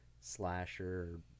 slasher